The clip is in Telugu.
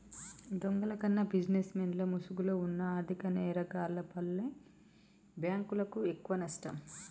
దొంగల కన్నా బిజినెస్ మెన్ల ముసుగులో వున్న ఆర్ధిక నేరగాల్ల వల్లే బ్యేంకులకు ఎక్కువనష్టం